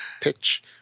Pitch